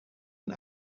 een